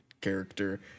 character